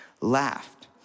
laughed